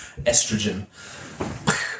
estrogen